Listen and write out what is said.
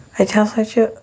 اَتہِ ہسا چھِ